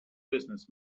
business